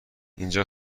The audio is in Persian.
اینجا